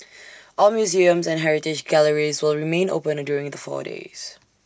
all museums and heritage galleries will remain open during the four days